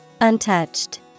Untouched